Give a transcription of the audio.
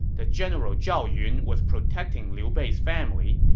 the general zhao yun was protecting liu bei's family,